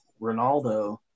Ronaldo